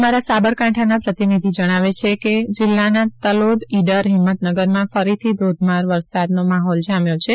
અમારા સાબરકાંઠાના પ્રતિનિધિ જણાવે છે કે જિલ્લાના તલોદ ઇડર હિંમતનગરમાં ફરીથી ધોધમાર વરસાદનો માહોલ જામ્યો છે